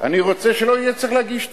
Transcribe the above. אני רוצה שלא יהיה צריך להגיש תביעה.